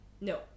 No